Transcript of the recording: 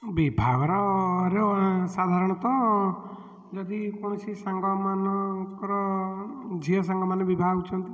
ବିଭାଘରର ସାଧାରଣତଃ ଯଦି କୌଣସି ସାଙ୍ଗମାନଙ୍କର ଝିଅ ସାଙ୍ଗମାନେ ବିବାହ ହେଉଛନ୍ତି